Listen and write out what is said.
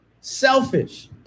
selfish